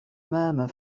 murmur